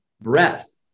breath